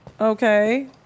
Okay